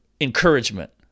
encouragement